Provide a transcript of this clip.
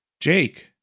Jake